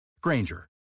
Granger